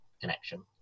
connection